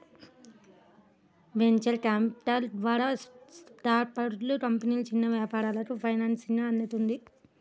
venture capital ద్వారా startup కంపెనీలు, చిన్న వ్యాపారాలకు ఫైనాన్సింగ్ అందుతుంది